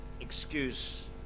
excuse